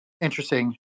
interesting